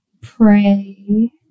pray